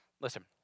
Listen